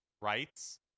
rights